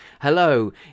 hello